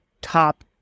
top